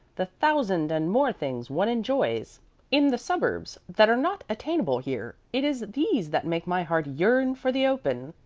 the thousand and more things one enjoys in the suburbs that are not attainable here it is these that make my heart yearn for the open.